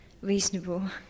reasonable